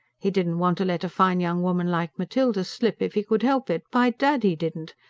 he didn't want to let a fine young woman like matilda slip if he could help it, by dad he didn't!